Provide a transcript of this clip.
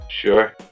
Sure